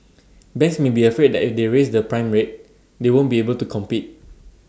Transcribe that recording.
banks may be afraid that if they raise the prime rate they won't be able to compete